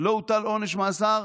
לא הוטל עונש מאסר,